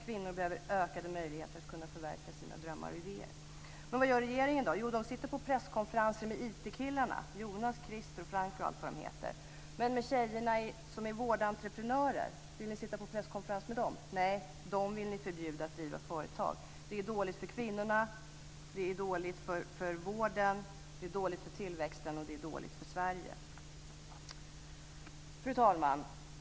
Kvinnor behöver ökade möjligheter att förverkliga sina drömmar och idéer. Men vad gör då regeringen? Jo, ni sitter på presskonferenser med IT-killarna Jonas, Krister, Frank och allt vad de heter. Men tjejerna som är vårdentreprenörer, vill ni sitta på presskonferens med dem? Nej, dem vill ni förbjuda att driva företag. Det är dåligt för kvinnorna, det är dåligt för vården, det är dåligt för tillväxten och det är dåligt för Sverige. Fru talman!